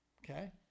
okay